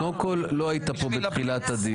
אז קודם כול לא היית פה בתחילת הדיון.